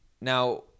Now